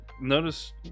Notice